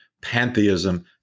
pantheism